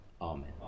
Amen